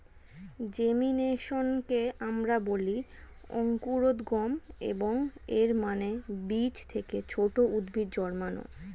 জেমিনেশনকে আমরা বলি অঙ্কুরোদ্গম, এবং এর মানে বীজ থেকে ছোট উদ্ভিদ জন্মানো